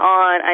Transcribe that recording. on